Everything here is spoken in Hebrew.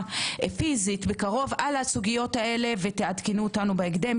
פיזית על הסוגיות האלה ותעדכנו אותנו בהקדם.